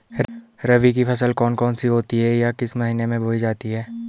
रबी की फसल कौन कौन सी होती हैं या किस महीने में बोई जाती हैं?